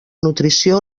nutrició